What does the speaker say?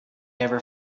ever